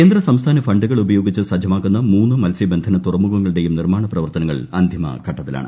കേന്ദ്ര സംസ്ഥാന ഫണ്ടുകൾ ഉപയോഗിച്ച് സജ്ജമാക്കുന്നു മൂന്ന് മത്സൃബന്ധന തുറമുഖങ്ങളുടെയും നിർമ്മാണ പ്രിപ്പ്ർത്തനങ്ങൾ അന്തിമ ഘട്ടത്തിലാണ്